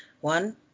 One